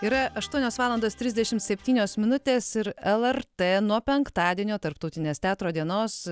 yra aštuonios valandos trisdešimt septynios minutės ir lrt nuo penktadienio tarptautinės teatro dienos